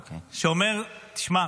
תשמע,